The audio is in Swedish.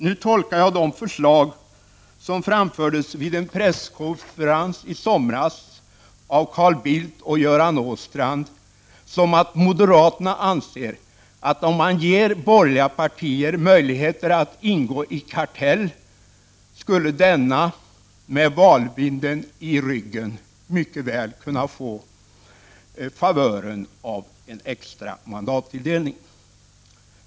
Nu tolkar jag de förslag som framförts av Carl Bildt och Göran Åstrand vid en presskonferens i somras så, att moderaterna anser att om man ger borgerliga partier möjligheter att ingå i en kartell skulle denna med valvinden i ryggen mycket väl kunna få favören av en extra mandattilldelning.